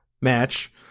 match